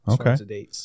Okay